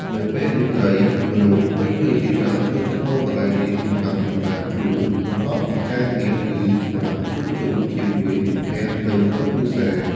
នៅពេលរាត្រី មនុស្សពេញវ័យជាច្រើនចូលចិត្តមកកន្លែងនេះសម្រាប់សម្រាកខ្លួនបន្ទាប់ពីការងារ ឬសម្រាប់ជួបជុំជាមួយមិត្តភក្តិ និងក្រុមគ្រួសារ។